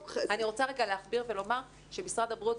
אני רוצה רגע להכביר ולומר שמשרד הבריאות,